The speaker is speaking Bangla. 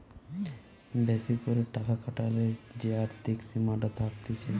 বেশি করে টাকা খাটালে যে আর্থিক সীমাটা থাকতিছে